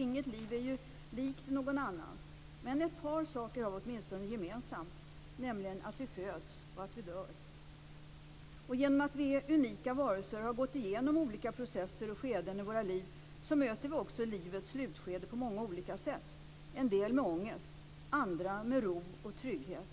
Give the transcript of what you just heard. Inget liv är ju likt någon annans, men ett par saker har vi åtminstone gemensamt, nämligen att vi föds och att vi dör. Genom att vi är unika varelser och har gått igenom olika processer och skeden i våra liv möter vi också livets slutskede på många olika sätt: en del med ångest, andra med ro och trygghet.